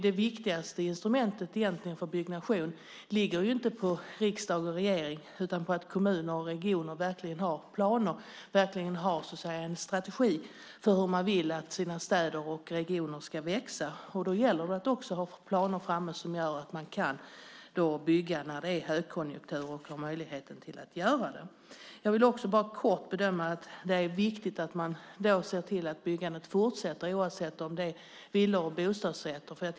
Det viktigaste instrumentet för byggnation ligger inte på riksdag och regering utan på att kommuner och regioner verkligen har planer och en strategi för hur de vill att deras städer och regioner ska växa. Då gäller det att också ha planer som gör att man kan bygga när det är högkonjunktur och har möjlighet att göra det. Jag vill också kortfattat säga att det är viktigt att man ser till att byggandet fortsätter oavsett om det är fråga om villor och bostadsrätter.